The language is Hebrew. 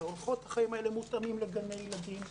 אורחות החיים האלה מותאמים לגני ילדים,